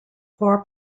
for